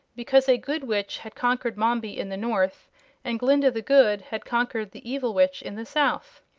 because a good witch had conquered mombi in the north and glinda the good had conquered the evil witch in the south.